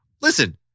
Listen